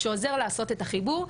שעוזר לעשות את החיבור,